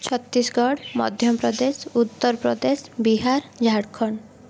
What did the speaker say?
Chhattisgarh Madhya Pradesh Uttar Pradesh Bihar Jharkhand